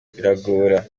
biragora